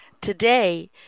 Today